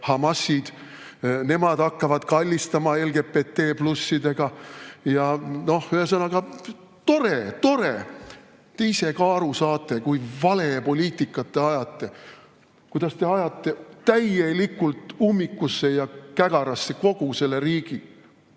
Ḩamāsid. Nemad hakkavad kallistama LGBT+-idega. Ja noh, ühesõnaga, tore! Tore! Te ise ka aru saate, kui valet poliitikat te ajate, kuidas te ajate täielikult ummikusse ja kägarasse kogu selle riigi?